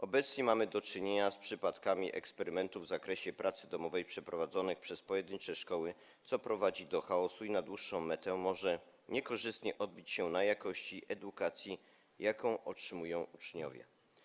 Obecnie mamy do czynienia z przypadkami eksperymentów w zakresie zadawania pracy domowej przeprowadzanych przez pojedyncze szkoły, co prowadzi do chaosu i na dłuższą metę może niekorzystnie odbić się na jakości edukacji, jaką otrzymują uczniowie.